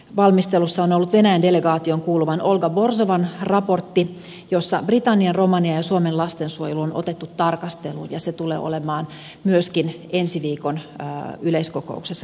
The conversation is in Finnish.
valmistelussa on ollut venäjän delegaatioon kuuluvan olga borzovan raportti jossa britannian romanian ja suomen lastensuojelu on otettu tarkasteluun ja se tulee olemaan myöskin ensi viikon yleiskokouksessa keskustelussa